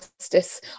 justice